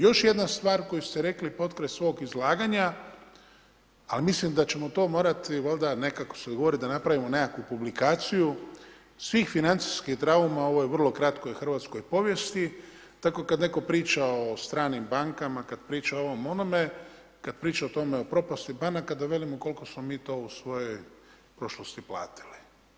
Još jedna stvar koju ste rekli potkraj svog izlaganja, ali mislim da ćemo to morati valjda nekako se dogovoriti da napravimo nekakvu publikaciju svih financijskih trauma u ovoj vrlo kratkoj hrvatskoj povijesti, tako kad netko priča o stranim bankama, kada priča o ovome, onome, kada priča o tome, o propasti banaka, da velimo koliko smo mi to u svojoj prošlosti platili.